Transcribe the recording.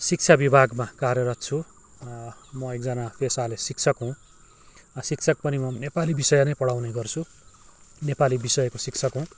शिक्षा विभागमा कार्यरत छु म एकजना पेसाले शिक्षक हुँ शिक्षक पनि म नेपाली विषय नै पढाउने गर्छु नेपाली विषयकाे शिक्षक हुँ